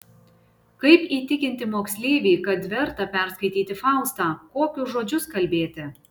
kaip įtikinti moksleivį kad verta perskaityti faustą kokius žodžius kalbėti